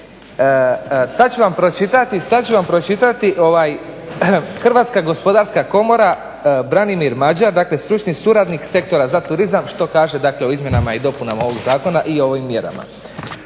Sad ću vam pročitati Hrvatska gospodarska komora Branimir Mađar, dakle stručni suradnik Sektora za turizam što kaže, dakle o izmjenama i dopunama ovog Zakona i ovim mjerama.